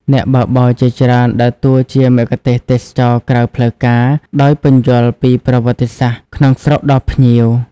អ្នកបើកបរជាច្រើនដើរតួជាមគ្គុទ្ទេសក៍ទេសចរណ៍ក្រៅផ្លូវការ ដោយពន្យល់ពីប្រវត្តិសាស្ត្រក្នុងស្រុកដល់ភ្ញៀវ។